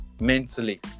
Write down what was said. mentally